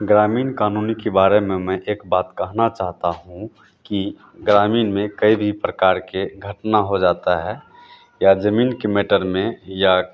ग्रामीण क़ानून की बारे में मैं एक बात कहना चाहता हूँ कि ग्रामीण में कै भी प्रकार की घटना हो जाती है या ज़मीन के मैटर में या